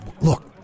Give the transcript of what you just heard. Look